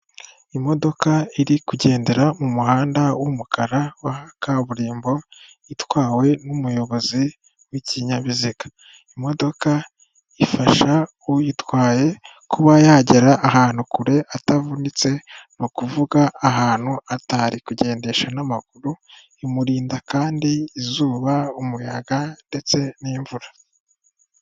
Imodoka iri kugendera mu muhanda w'umukara wa kaburimbo itwawe n'umuyobozi w'ikinyabiziga. Imodoka ifasha uyitwaye kuba yagera ahantu kure atavunitse. Ni ukuvuga ahantu atari kugendesha amaguru. Imurinda kandi izuba, umuyaga ndetse n'imvura